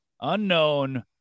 unknown